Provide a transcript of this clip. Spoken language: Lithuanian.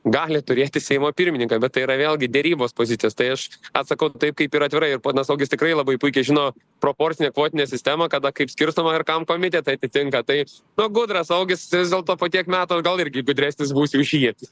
gali turėti seimo pirmininką bet tai yra vėlgi derybos pozicijos tai aš atsakau taip kaip ir atvirai ir ponas augis tikrai labai puikiai žino proporcinę kvotinę sistemą kada kaip skirtuma ir kam komitetai atitenka taip nu gudras augis vis dėlto po tiek metų gal irgi gudresnis būsiu už jį